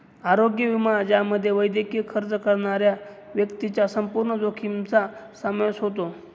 आरोग्य विमा ज्यामध्ये वैद्यकीय खर्च करणाऱ्या व्यक्तीच्या संपूर्ण जोखमीचा समावेश होतो